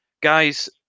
Guys